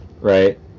Right